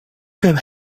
could